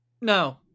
No